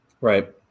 Right